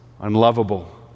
unlovable